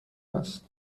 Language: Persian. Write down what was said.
است